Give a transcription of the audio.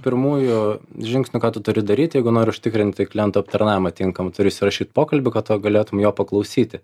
pirmųjų žingsnių ką tu turi daryti jeigu nori užtikrinti klientų aptarnavimą tinkamą turi įsirašyt pokalbį kad tu galėtum jo paklausyti